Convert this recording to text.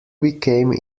became